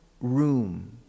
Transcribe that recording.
room